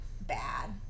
bad